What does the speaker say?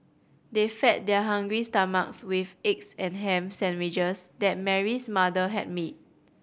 they fed their hungry stomachs with eggs and ham sandwiches that Mary's mother had made